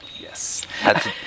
Yes